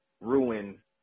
ruin